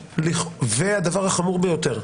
והדבר החמור ביותר,